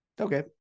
Okay